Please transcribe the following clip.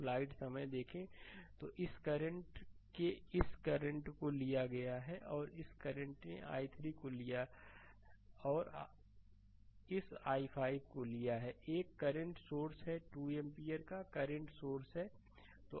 slide समय देखें 0653 तो इस करंट ने i4 के इस करंट को लिया और इस करंट ने i3 को ले लिया और इस i5 को ले लिया एक करंट सोर्स है 2 एम्पीयर का करंट सोर्स है